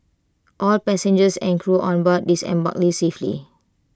all passengers and crew on board disembarked safely